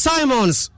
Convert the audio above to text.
Simons